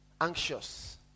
Anxious